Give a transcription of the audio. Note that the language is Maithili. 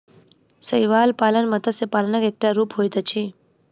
शैवाल पालन मत्स्य पालनक एकटा रूप होइत अछि